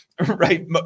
right